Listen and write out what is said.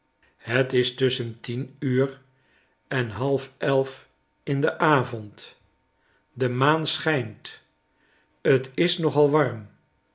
het is tusschen tien uur en half elf in den avond de maan schijnt t is nogal warm